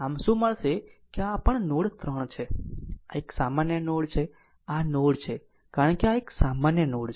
આમ શું મળશે કે આ પણ નોડ 3 છે આ એક સામાન્ય નોડ છે આ નોડ છે કારણ કે આ એક સામાન્ય નોડ છે